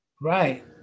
Right